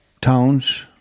towns